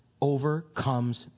overcomes